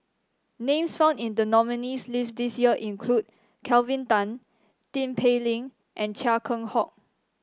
names found in the nominees' list this year include Kelvin Tan Tin Pei Ling and Chia Keng Hock